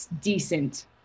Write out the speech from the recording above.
decent